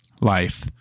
life